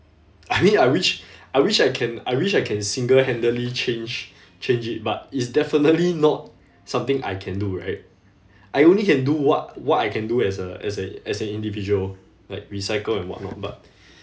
I mean I wish I wish I can I wish I can single-handedly change change it but it's definitely not something I can do right I only can do what what I can do as a as a as an individual like recycle and what not but